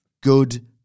Good